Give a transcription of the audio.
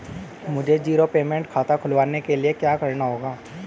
मुझे zero payment खाता खुलवाने के लिए क्या करना होगा?